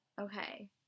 Okay